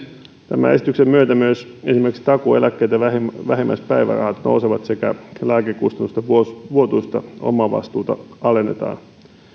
tämän esityksen myötä myös esimerkiksi takuueläkkeet ja vähimmäispäivärahat nousevat sekä lääkekustannusten vuotuista omavastuuta alennetaan